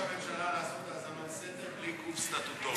נותנים לראש הממשלה לעשות האזנות סתר בלי גוף סטטוטורי,